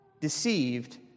deceived